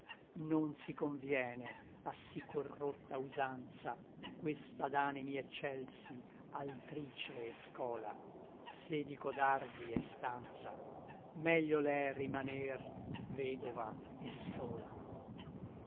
non si conviene a sì corrotta usanza questa d'animi eccelsi altrice e scola se di codardi è stanza meglio l'è rimaner vedova e sola